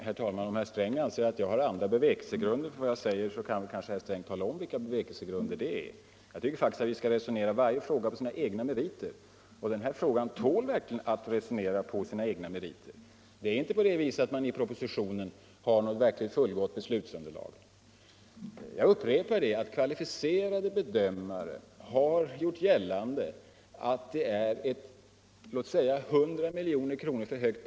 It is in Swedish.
Hen talapnt Om here Sträng anser att jag har andra bevekelsegrunder Torsdagen den för vad jag säger bör han tala om vilka det är. Jag tycker faktiskt att 20 februari 1975 vi kan resonera om varje fråga med utgångspunkt i dess egna meriter. Och det tål verkligen den här frågan. Det finns inte något verkligt fullgott Om hemligstämpbeslutsunderlag i propositionen. Jag upprepar att kvalificerade bedömare lande av handlingar har gjort gällande att priset är låt oss säga 100 milj.kr. för högt.